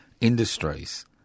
industries